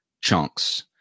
chunks